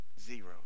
zero